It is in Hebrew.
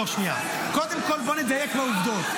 קודם כול, בוא נדייק בעובדות.